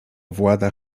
włada